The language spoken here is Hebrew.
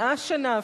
100 שנה,